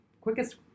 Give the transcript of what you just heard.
quickest